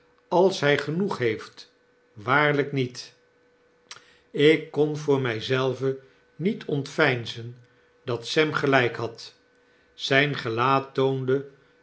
als hy genoeg heeft waarlyk niet ik kon voor my zelven niet ontveinzen dat sem gelijk had zyn gelaat toonde